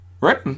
Right